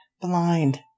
blind